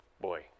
boy